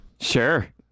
Sure